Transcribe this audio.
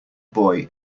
boy